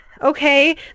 Okay